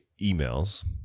emails